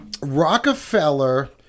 Rockefeller